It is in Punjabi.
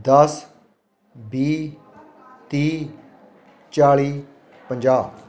ਦਸ ਵੀਹ ਤੀਹ ਚਾਲ਼ੀ ਪੰਜਾਹ